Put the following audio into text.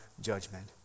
judgment